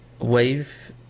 Wave